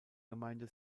gemeinde